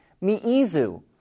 Mi'izu